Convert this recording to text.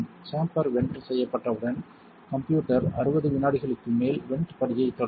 chamber vent செய்யப்பட்டவுடன் computer 60 வினாடிகளுக்கு மேல் வென்ட் படியைத் தொடங்கும்